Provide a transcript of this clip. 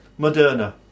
Moderna